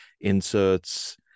Inserts